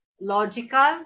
logical